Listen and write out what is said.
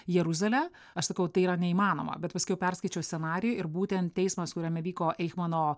jeruzalę aš sakau tai yra neįmanoma bet paskiau perskaičiau scenarijų ir būtent teismas kuriame vyko eichmano